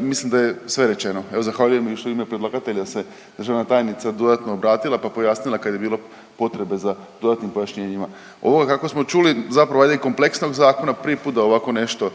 mislim da je sve rečeno. Evo zahvaljujem još u ime predlagatelja se državna tajnica dodatno obratila pa pojasnila kad je bilo potrebe za dodatnim pojašnjenjima. Ovo kako smo čuli zapravo je valjda i kompleksan zakon, a prvi put da ovako nešto